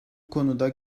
konuda